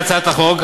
להצעת החוק.